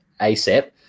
asap